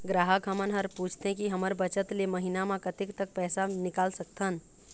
ग्राहक हमन हर पूछथें की हमर बचत ले महीना मा कतेक तक पैसा निकाल सकथन?